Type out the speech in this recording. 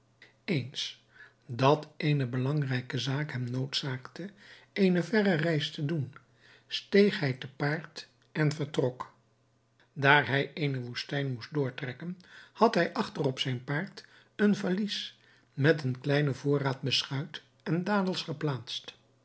eens dat eene belangrijke zaak hem noodzaakte eene verre reis te doen steeg hij te paard en vertrok daar hij eene woestijn moest doortrekken had hij achter op zijn paard een valies met een kleinen voorraad beschuit en dadels geplaatst